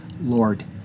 Lord